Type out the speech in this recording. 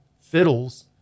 fiddles